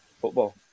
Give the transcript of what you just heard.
football